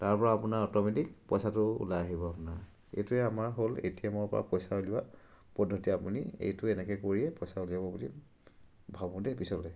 তাৰপৰা আপোনাৰ অট'মেটিক পইচাটো ওলাই আহিব আপোনাৰ এইটোৱে আমাৰ হ'ল এ টি এমৰপৰা পইচা উলিওৱা পদ্ধতি আপুনি এইটো এনেকৈ কৰিয়ে পইচা উলিয়াব বুলি ভাবোঁ দেই পিছলৈ